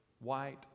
white